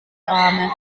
arme